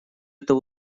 это